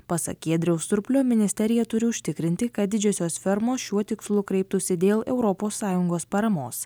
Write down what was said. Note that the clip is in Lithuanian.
pasak giedriaus surplio ministerija turi užtikrinti kad didžiosios fermos šiuo tikslu kreiptųsi dėl europos sąjungos paramos